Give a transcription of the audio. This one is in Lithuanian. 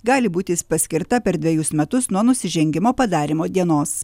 gali būti paskirta per dvejus metus nuo nusižengimo padarymo dienos